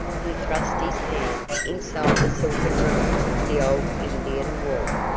he thrust his hand inside the silken robe the old indian wore.